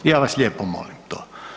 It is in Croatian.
Ja vas lijepo molim to.